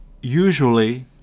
usually